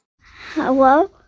Hello